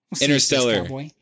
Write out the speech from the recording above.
Interstellar